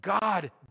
God